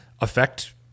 affect